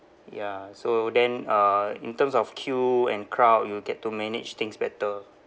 ya so then uh in terms of queue and crowd you'll get to manage things better